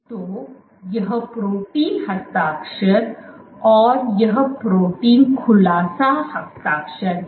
तो यह प्रोटीन हस्ताक्षर और यह प्रोटीन खुलासा हस्ताक्षर है